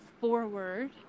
forward